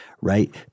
right